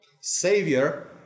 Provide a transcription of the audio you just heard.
savior